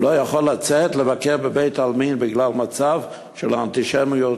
לא יכול לצאת לבקר בבית-העלמין בגלל המצב של האנטישמיות,